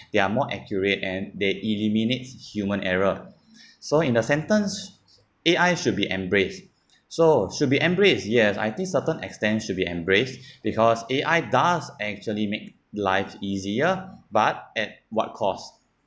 they are more accurate and they eliminates human error so in the sentence A_I should be embraced so should be embraced yes I think certain extent should be embraced because A_I thus actually make life easier but at what cost